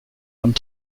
und